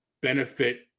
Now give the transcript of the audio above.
benefit